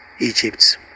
Egypt